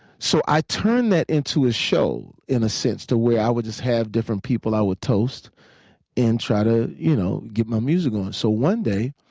so i turn that into a show, in a sense, to where i would just have different people i would toast and try to you know get my music going. so one day,